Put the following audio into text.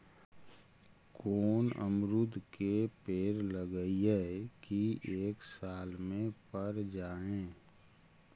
कोन अमरुद के पेड़ लगइयै कि एक साल में पर जाएं?